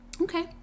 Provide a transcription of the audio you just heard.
Okay